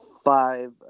Five